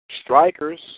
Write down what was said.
Strikers